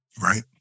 Right